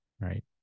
right